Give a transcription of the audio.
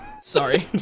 sorry